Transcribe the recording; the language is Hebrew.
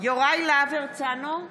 יוראי להב הרצנו,